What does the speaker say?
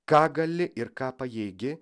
ką gali ir ką pajėgi